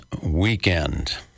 weekend